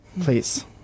please